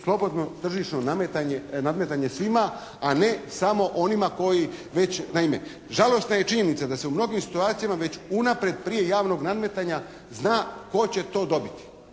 slobodno tržišno nadmetanje svima a ne samo onima koji već, naime žalosna je činjenica da se u mnogim situacijama već unaprijed prije javnog nadmetanja zna tko će to dobiti.